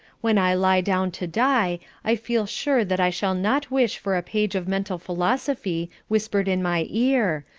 when i lie down to die i feel sure that i shall not wish for a page of mental philosophy whispered in my ear,